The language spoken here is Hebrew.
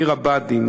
עיר הבה"דים.